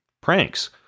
Pranks